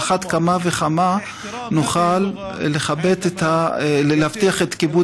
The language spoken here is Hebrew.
על אחת כמה וכמה לא נוכל להבטיח את כיבוד